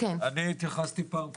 אני התייחסתי בפעם הקודמת.